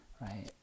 right